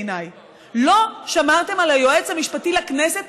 בעיניי: לא שמרתם על היועץ המשפטי לכנסת.